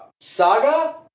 Saga